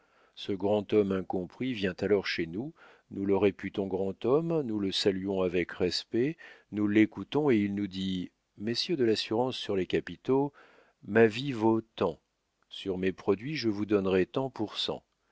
ce grand homme incompris vient alors chez nous nous le réputons grand homme nous le saluons avec respect nous l'écoutons et il nous dit messieurs de l'assurance sur les capitaux ma vie vaut tant sur mes produits je vous donnerai tant pour cent